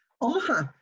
Omaha